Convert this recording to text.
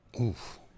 Oof